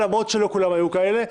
למרות שלא כולן היו כאלה,